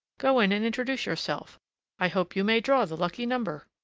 go in and introduce yourself i hope you may draw the lucky number!